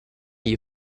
gli